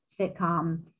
sitcom